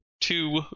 two